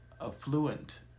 affluent